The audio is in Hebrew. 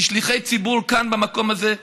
כשליחי ציבור כאן, במקום הזה,